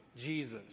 Jesus